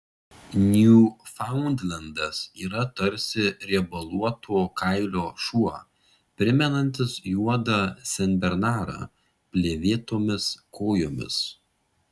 niūfaundlendas yra tarsi riebaluoto kailio šuo primenantis juodą senbernarą plėvėtomis kojomis